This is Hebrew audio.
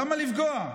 למה לפגוע?